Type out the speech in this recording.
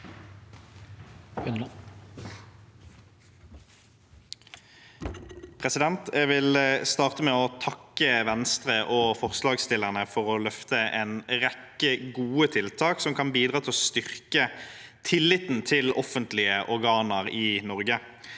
Jeg vil starte med å takke Venstre og forslagsstillerne for å løfte en rekke gode tiltak som kan bidra til å styrke tilliten til offentlige organer i Norge.